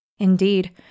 Indeed